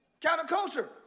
Counterculture